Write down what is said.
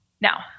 Now